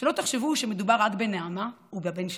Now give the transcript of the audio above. שלא תחשבו שמדובר רק בנעמה ובבן שלה,